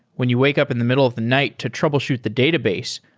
when you wake up in the middle of the night to troubleshoot the database,